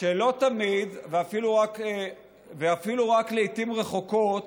שלא תמיד, ואפילו רק לעיתים רחוקות,